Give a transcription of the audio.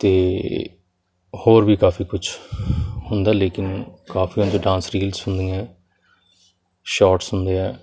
ਅਤੇ ਹੋਰ ਵੀ ਕਾਫੀ ਕੁਛ ਹੁੰਦਾ ਲੇਕਿਨ ਕਾਫੀਆਂ 'ਚ ਡਾਂਸ ਰੀਲਸ ਹੁੰਦੀਆਂ ਸ਼ਾਰਟ ਹੁੰਦੇ ਆ